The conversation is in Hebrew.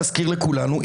להזכיר לכולנו,